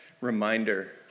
reminder